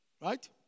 Right